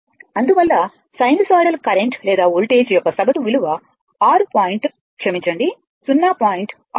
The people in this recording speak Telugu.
అందువల్ల సైనూసోయిడల్ కరెంట్ లేదా వోల్టేజ్ యొక్క సగటు విలువ 6 పాయింట్ క్షమించండి 0